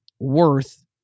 worth